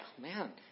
man